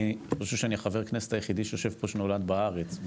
אני חושב שאני חבר הכנסת היחידי שיושב פה שנולד בארץ,